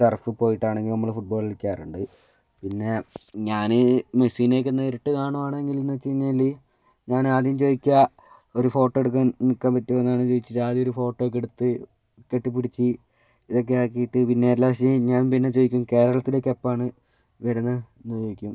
turf പോയിട്ടാണെങ്കിൽ നമ്മൾ football കളിക്കാറുണ്ട് പിന്നെ ഞാൻ മെസ്സിനെയൊക്കെ നേരിട്ട് കാണുകയാണെങ്കിൽ എന്ന് വച്ചു കഴിഞ്ഞാൽ ഞാൻ ആദ്യം ചോദിക്കുക ഒരു ഫോട്ടോ എടുക്കാൻ നിൽക്കുക പറ്റുമോ എന്നാണ് ചോദിച്ചിട്ട് ആദ്യം ഒരു ഫോട്ടോ ഒക്കെ എടുത്തു കെട്ടിപ്പിടിച്ചു ഇതൊക്കെ ആക്കിയിട്ട് പിന്നെ ഞാൻ പിന്നെ ചോദിക്കും കേരളത്തിലേക്ക് വരുന്നു എന്നു ചോദിക്കും